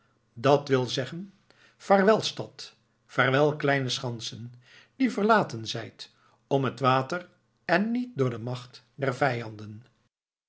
dat zeggen wil vaarwel stad vaartwel kleine schansen die verlaten zijt om het water en niet door de macht der vijanden